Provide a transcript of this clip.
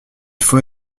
faut